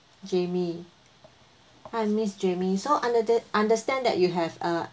jamie hi miss jamie so under the I understand that you have uh